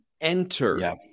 enter